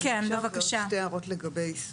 שתי הערות לגבי היישום.